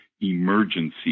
emergency